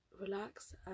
Relax